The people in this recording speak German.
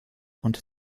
und